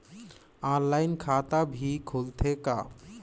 Online खाता भी खुलथे का?